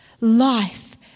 life